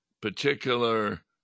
particular